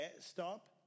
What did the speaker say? Stop